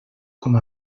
com